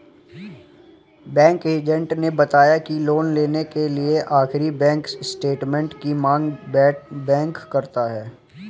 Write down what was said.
bank agent ने बताया की लोन लेने के लिए आखिरी बैंक स्टेटमेंट की मांग बैंक करता है